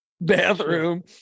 bathroom